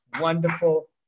wonderful